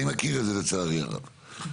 אני מכיר את זה, לצערי הרב.